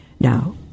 Now